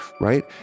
right